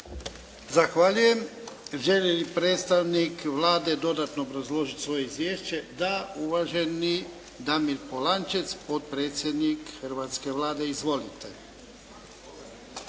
Zahvaljujem. Želi li predstavnik Vlade dodatno obrazložiti svoje izvješće? Da. Uvaženi Damir Polančec, potpredsjednik hrvatske Vlade, izvolite.